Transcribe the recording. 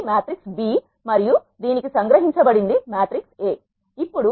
ఇది matrix B మరియు దీనికి సం గ్రహించబడింది మ్యాట్రిక్స్ A